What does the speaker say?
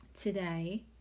today